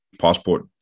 passport